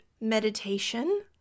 meditation